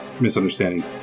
misunderstanding